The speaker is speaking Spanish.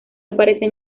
aparecen